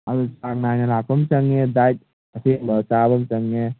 ꯑꯗꯣ ꯆꯥꯡꯅꯥꯏꯅ ꯂꯥꯛꯄ ꯑꯃ ꯆꯪꯉꯦ ꯗꯥꯏꯠ ꯑꯁꯦꯡꯕ ꯆꯥꯕ ꯑꯃ ꯆꯪꯉꯦ